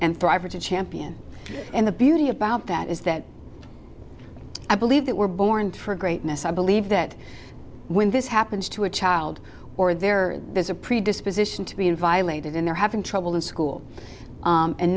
and thrive or to champion and the beauty about that is that i believe that we're born for greatness i believe that when this happens to a child or there is a predisposition to being violated they're having trouble in school